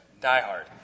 diehard